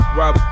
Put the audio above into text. rob